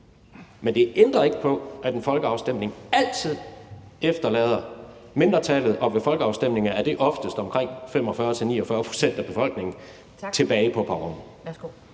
Men det ændrer ikke på, at en folkeafstemning altid efterlader mindretallet, og ved folkeafstemninger er det oftest 45-49 pct. af befolkningen, tilbage på perronen.